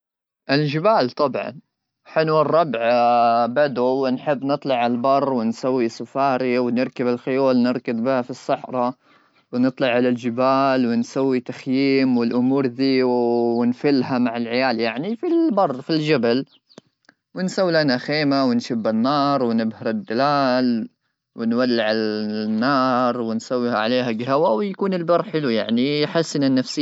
الجبال طبعا حلوه الربع بدو ونحب نطلع البر ونسوي سفاري ونركب الخيول نركب بها في الصحراء ونطلع على الجبال ونسوي تخييم والامور ذي ونفلها مع العيال يعني في البر في الجبل ونسوي لنا خيمه ونشب النار ونبهر الدلال ونولع النار ونسويها عليها قهوه ويكون البر حلو يعني يحسن النفسيه